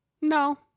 no